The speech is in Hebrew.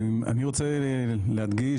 אני רוצה להדגיש,